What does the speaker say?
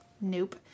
Nope